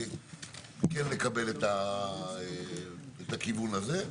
כן לקבל את הכיוון הזה.